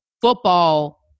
Football